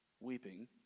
weeping